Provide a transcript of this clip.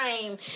time